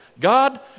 God